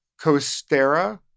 Costera